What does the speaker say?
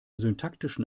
syntaktischen